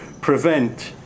prevent